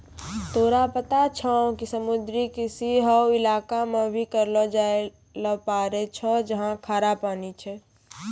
तोरा पता छौं कि समुद्री कृषि हौ इलाका मॅ भी करलो जाय ल पारै छौ जहाँ खारा पानी छै